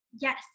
Yes